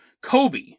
Kobe